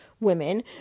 women